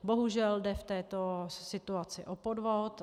Bohužel jde v této situaci o podvod.